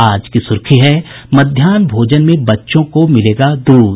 आज की सूर्खी है मध्याहन भोजन में बच्चों को मिलेगा दूध